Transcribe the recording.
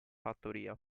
fattoria